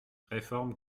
réformes